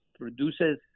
produces